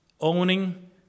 owning